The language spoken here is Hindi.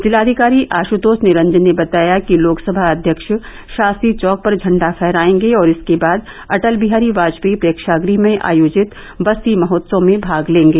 जिलाधिकारी आशुतोष निरंजन ने बताया कि लोकसभा अध्यक्ष शास्त्री चौक पर झण्डा फहरायेंगे और इसके बाद अटल बिहारी बाजपेयी प्रेक्षागृह में आयोजित बस्ती महोत्सव में भाग लेंगे